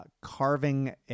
carving